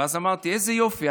אז אמרתי: איזה יופי.